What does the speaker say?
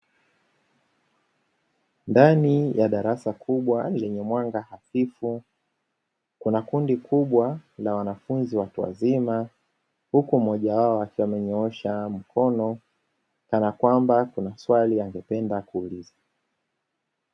Ndani ya darasa kubwa yenye mwanga hasifu, kuna kundi kubwa la wanafunzi watu wazima, huku mmoja wao akiwa amenyoosha mkono kana kwamba kuna swali angependa kuliuliza.